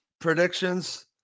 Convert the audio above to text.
predictions